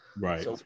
Right